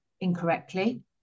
incorrectly